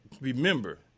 remember